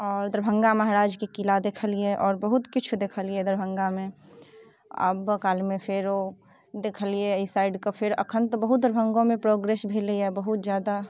आओर दरभङ्गा महाराजके किला देखलियै आओर बहुत किछु देखलियै दरभङ्गामे आबऽ कालमे फेरो देखलियै एहि साइडके फेर अखन तऽ बहुत दरभङ्गोमे प्रोग्रेस भेलै हँ बहुत जादा